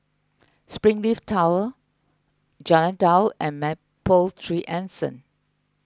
Springleaf Tower Jalan Daud and Mapletree Anson